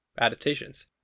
adaptations